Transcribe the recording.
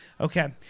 Okay